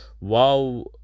wow